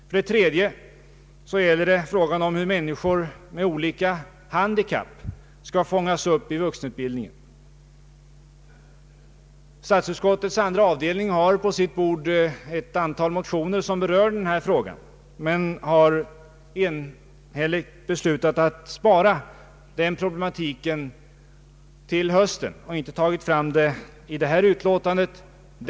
För det tredje är det fråga om hur människor med olika handikapp skall fångas upp i vuxenutbildningen. Statsutskottets andra avdelning har på sitt bord ett antal motioner som berör denna fråga, men har beslutat att spara den problematiken till hösten, varför den ej tagits med i detta utlåtande.